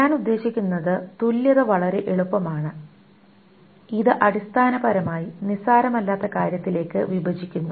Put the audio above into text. ഞാൻ ഉദ്ദേശിക്കുന്നത് തുല്യത വളരെ എളുപ്പമാണ് ഇത് അടിസ്ഥാനപരമായി നിസ്സാരമല്ലാത്ത കാര്യത്തിലേക്ക് വിഭജിക്കുന്നു